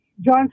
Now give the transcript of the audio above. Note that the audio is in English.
John